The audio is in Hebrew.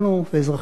ואזרחים רבים,